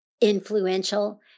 influential